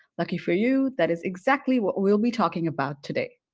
lucky for you that is exactly what we'll be talking about today.